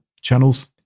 channels